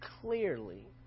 clearly